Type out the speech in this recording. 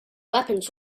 weapons